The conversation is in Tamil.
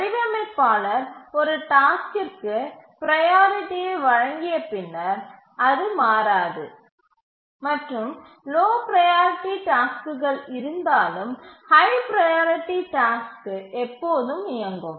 வடிவமைப்பாளர் ஒரு டாஸ்க்கிற்கு ப்ரையாரிட்டியை வழங்கிய பின்னர் அது மாறாது மற்றும் லோ ப்ரையாரிட்டி டாஸ்க்குகள் இருந்தாலும் ஹை ப்ரையாரிட்டி டாஸ்க்கு எப்போதும் இயங்கும்